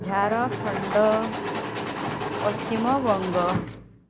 Jharkhand Paschimbanga